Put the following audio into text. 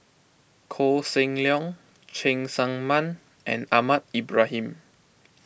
Koh Seng Leong Cheng Tsang Man and Ahmad Ibrahim